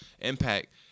impact